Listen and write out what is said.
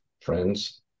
friends